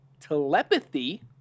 telepathy